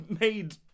made